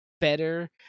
better